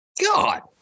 God